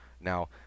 Now